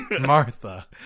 Martha